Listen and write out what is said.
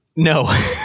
No